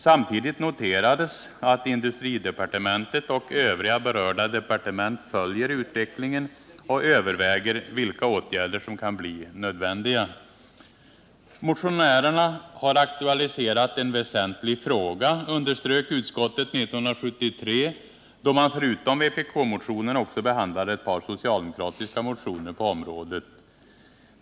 Samtidigt noterades att industridepartementet och övriga berörda departement följer utvecklingen och överväger vilka åtgärder som kan bli nödvändiga. Motionärerna har aktualiserat en väsentlig fråga, underströk utskottet 1973, då det förutom vpk-motionen också behandlade ett par socialdemokratiska motioner på området.